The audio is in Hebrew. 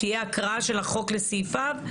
תהיה הקראה של החוק לסעיפיו.